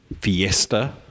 fiesta